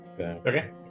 Okay